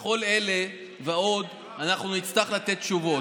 על כל אלה ועוד אנחנו נצטרך לתת תשובות.